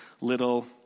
little